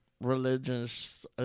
religious